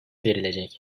verilecek